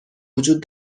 وجود